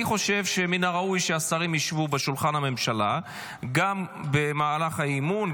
אני חושב שמן הראוי שהשרים ישבו בשולחן הממשלה גם במהלך האי-אמון,